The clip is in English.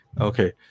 Okay